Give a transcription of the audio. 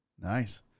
Nice